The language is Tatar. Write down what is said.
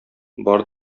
бар